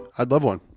i'd love one.